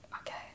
Okay